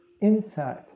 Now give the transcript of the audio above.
inside